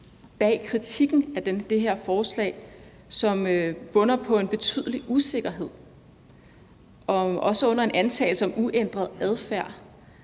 bag kritikken af det her forslag, som bunder i en betydelig usikkerhed og en antagelse af, at adfærden